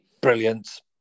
brilliant